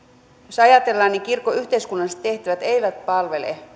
jos ajatellaan niin kirkon yhteiskunnalliset tehtävät eivät palvele